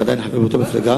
אתה עדיין חבר באותה מפלגה,